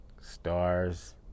stars